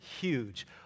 huge